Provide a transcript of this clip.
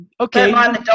okay